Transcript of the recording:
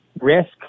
risk